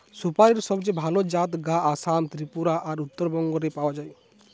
সুপারীর সবচেয়ে ভালা জাত গা আসাম, ত্রিপুরা আর উত্তরবঙ্গ রে পাওয়া যায়